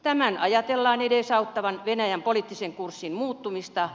tämän ajatellaan edesauttavan venäjän poliittisen kurssin muuttumista